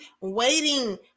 waiting